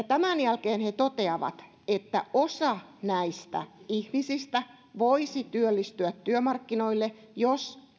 tämän jälkeen he toteavat että osa näistä ihmisistä voisi työllistyä työmarkkinoille jos